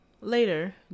Later